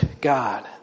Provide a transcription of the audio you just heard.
God